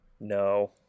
No